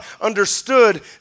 understood